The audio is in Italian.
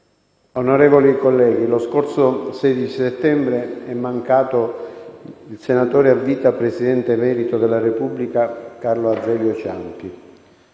Onorevoli colleghi, lo scorso 16 settembre è mancato il senatore a vita, Presidente emerito della Repubblica, Carlo Azeglio Ciampi.